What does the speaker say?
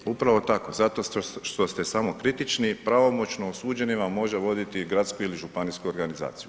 Je, upravo tako, zato što ste samokritični, pravomoćno osuđeni vam može voditi gradsku ili županijsku organizaciju.